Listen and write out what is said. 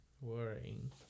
worrying